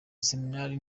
iseminari